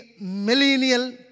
millennial